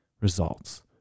results